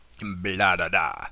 Blah-da-da